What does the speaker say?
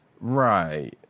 Right